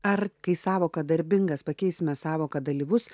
ar kai sąvoką darbingas pakeisime sąvoka dalyvus